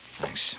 Thanks